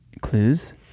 clues